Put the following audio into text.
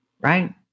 Right